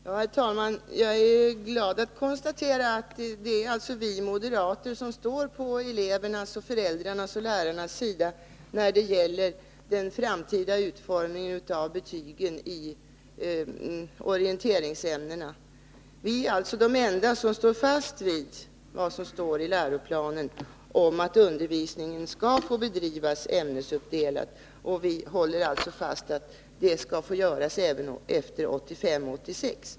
Herr talman! Jag är glad att konstatera att det är vi moderater som står på elevernas, föräldrarnas och lärarnas sida när det gäller den framtida utformningen av betygen i orienteringsämnena. Vi är alltså de enda som håller fast vid vad som står i läroplanen om att undervisningen skall få bedrivas ämnesuppdelat. Och vi håller fast vid att det skall få göras även efter 1985/86.